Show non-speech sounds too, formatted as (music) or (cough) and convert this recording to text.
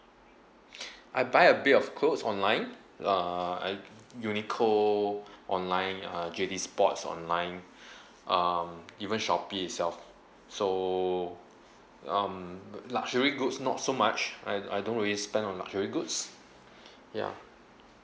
(breath) I buy a bit of clothes online uh I Uniqlo online uh J_D Sports online (breath) um even Shopee itself so um but luxury goods not so much I I don't really spend on luxury goods (breath) ya